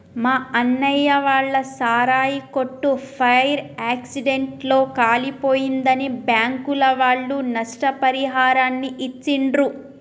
మా అన్నయ్య వాళ్ళ సారాయి కొట్టు ఫైర్ యాక్సిడెంట్ లో కాలిపోయిందని బ్యాంకుల వాళ్ళు నష్టపరిహారాన్ని ఇచ్చిర్రు